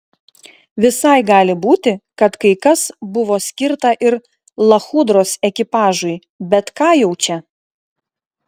visai gali būti kad kai kas buvo skirta ir lachudros ekipažui bet ką jau čia